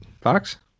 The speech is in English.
Fox